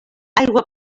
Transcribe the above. aigua